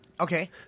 Okay